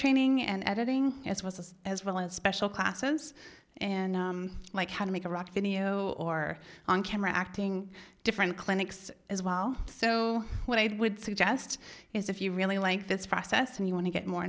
training and editing as well as well as special classes and like how to make a rock video or on camera acting different clinics as well so what i would suggest is if you really like this process and you want to get more